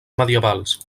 medievals